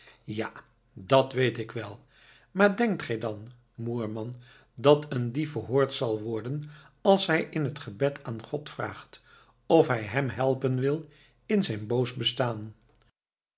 ja dat weet ik wel maar denkt gij dan moerman dat een dief verhoord zal worden als hij in het gebed aan god vraagt of hij hem helpen wil in zijn boos bestaan